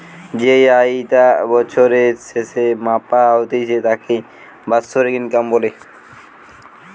যেই আয়ি টা বছরের স্যাসে মাপা হতিছে তাকে বাৎসরিক ইনকাম বলে